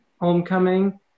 Homecoming